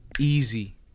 Easy